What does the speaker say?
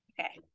Okay